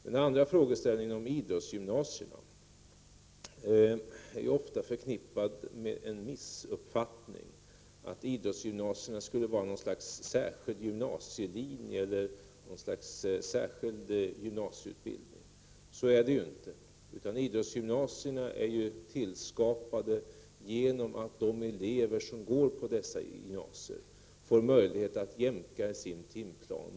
Den andra frågeställningen, om idrottsgymnasierna, är ofta förknippad med en missuppfattning, nämligen att idrottsgymnasierna skulle vara något slags särskild gymnasielinje eller någon särskild gymnasieutbildning. Så är det inte, utan idrottsgymnasierna är tillskapade genom att de elever som går på gymnasiet får möjlighet att jämka sin timplan.